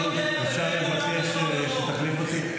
אפשר לבקש שתחליף אותי,